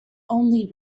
only